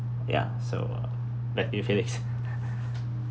ya so back to you felix